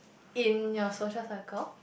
in your social circle